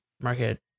market